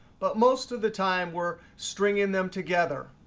but most of the time, we're stringing them together,